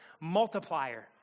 multiplier